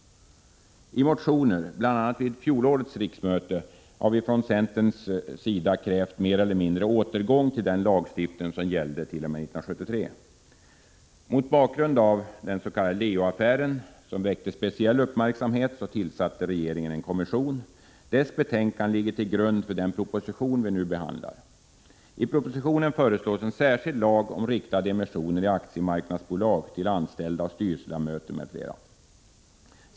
I motioner, bl.a. vid fjolårets riksmöte, har vi från centern krävt mer eller mindre återgång till den lagstiftning som gällde t.o.m. 1973. Mot bakgrund av den s.k. Leoaffären, som väckte speciell uppmärksamhet, tillsatte regeringen en kommission. Dess betänkande ligger till grund för den proposition vi nu behandlar. I propositionen föreslås en särskild lag om riktade emissioner i aktiemarknadsbolag till anställda och styrelseledamöter m.fl.